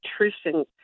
nutrition